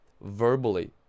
verbally